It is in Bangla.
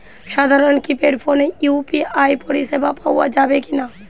সাধারণ কিপেড ফোনে ইউ.পি.আই পরিসেবা পাওয়া যাবে কিনা?